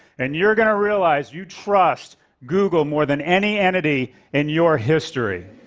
and you're going to realize you trust google more than any entity in your history.